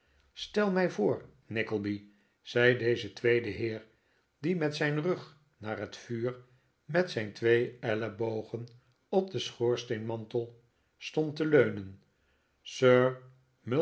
stel mij voor nickleby zei deze tweede heer die met zijn rug naar het vuur met zijn twee ellebogen op den schoorsteenmantel stond te leunen